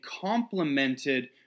complemented